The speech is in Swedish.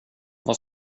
vad